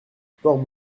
port